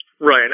Right